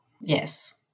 Yes